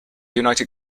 united